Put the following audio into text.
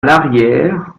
l’arrière